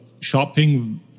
shopping